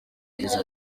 yagize